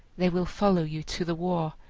they will follow you to the war,